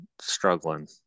struggling